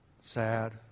sad